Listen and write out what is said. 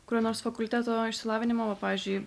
kuriuo nors fakulteto išsilavinimu o pavyzdžiui